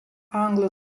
anglų